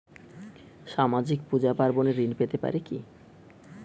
সামাজিক পূজা পার্বণে ঋণ পেতে পারে কি?